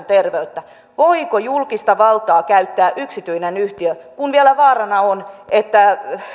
terveyttä voiko julkista valtaa käyttää yksityinen yhtiö kun vielä vaarana on että